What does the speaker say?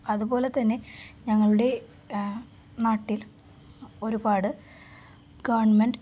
അതുപോലെ തന്നെ ഞങ്ങളുടെ നാട്ടിൽ ഒരുപാട് ഗവൺമെൻറ്